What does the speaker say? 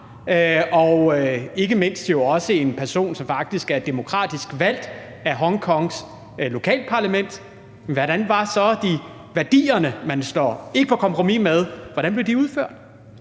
jo ikke mindst også er en person, som faktisk er demokratisk valgt af Hongkongs lokalparlament, hvordan blev værdierne, som man ikke går på kompromis med, så udført?